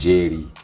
Jerry